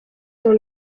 dans